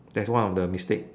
that's one of the mistake